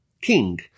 king